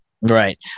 Right